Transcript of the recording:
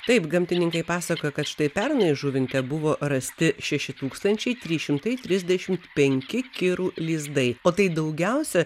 taip gamtininkai pasakojo kad štai pernai žuvinte buvo rasti šeši tūkstančiai trys šimtai trisdešimt penki kirų lizdai o tai daugiausia